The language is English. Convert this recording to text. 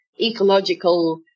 ecological